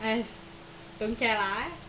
I don't care lah